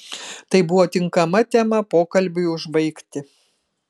tai buvo tinkama tema pokalbiui užbaigti